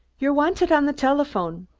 you're wanted on the telephone.